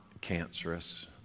cancerous